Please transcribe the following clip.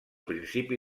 principi